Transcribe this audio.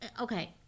Okay